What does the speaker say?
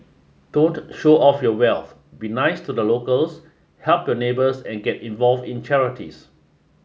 don't show off your wealth be nice to the locals help your neighbours and get involved in charities